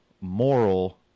moral